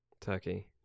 Turkey